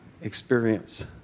experience